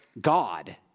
God